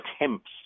attempts